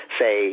say